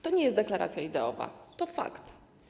To nie jest deklaracja ideowa, to fakt.